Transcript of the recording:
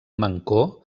mancor